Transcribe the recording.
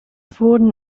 wurden